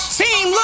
team